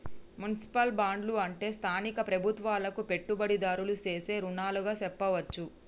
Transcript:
municipal బాండ్లు అంటే స్థానిక ప్రభుత్వాలకు పెట్టుబడిదారులు సేసే రుణాలుగా సెప్పవచ్చు